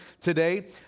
today